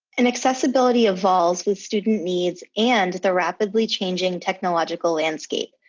and accessibility evolves with student needs and the rapidly changing technological landscape.